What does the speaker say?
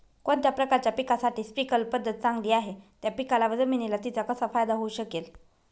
कोणत्या प्रकारच्या पिकासाठी स्प्रिंकल पद्धत चांगली आहे? त्या पिकाला व जमिनीला तिचा कसा फायदा होऊ शकेल?